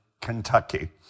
Kentucky